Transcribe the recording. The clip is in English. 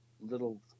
little